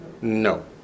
No